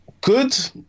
good